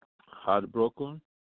heartbroken